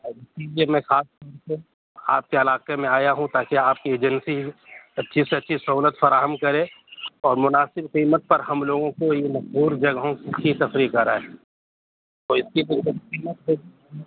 جی میں خاص طور سے آپ کے علاقے میں آیا ہوں تاکہ آپ کی ایجنسی اچھی خاصی سہولت فراہم کرے اور مناسب قیمت پر ہم لوگوں کو یہ مشہور جگہوں کی تفریح کرائے تو اس کی قیمت